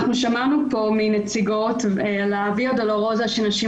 שמענו פה מנציגות על הויה דולורוזה שנשים